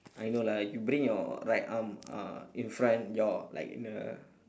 I know lah you bring your right arm uh in front your like in a